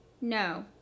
no